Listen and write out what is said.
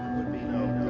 would be no